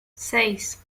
seis